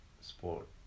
sport